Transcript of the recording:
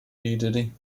diddy